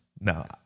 No